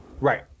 Right